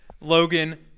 Logan